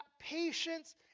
patience